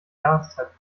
jahreszeit